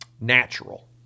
natural